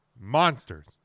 monsters